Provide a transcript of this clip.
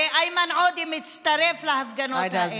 הרי איימן עודה מצטרף להפגנות האלה.